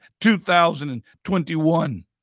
2021